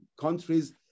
countries